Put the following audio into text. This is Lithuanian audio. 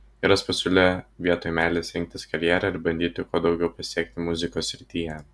vyras pasiūlė vietoj meilės rinktis karjerą ir bandyti kuo daugiau pasiekti muzikos srityje